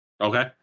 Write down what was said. Okay